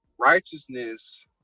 righteousness